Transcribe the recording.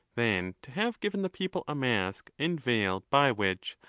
than to have given the people a mask and veil by which,